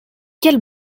quelle